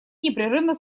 непрерывно